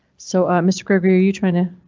so mr. gregory, are you trying to?